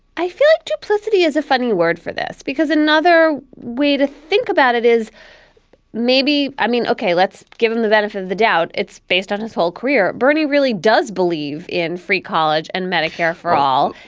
i feel duplicity is a funny word for this because another way to think about it is maybe i mean, ok, let's give him the benefit of the doubt it's based on his whole career. bernie really does believe in free college and medicare for all.